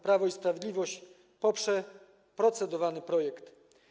Prawo i Sprawiedliwość poprze procedowany projekt.